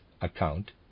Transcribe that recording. account